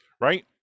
right